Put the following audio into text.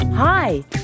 Hi